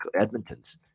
Edmonton's